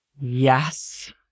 Yes